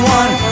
one